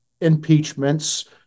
impeachments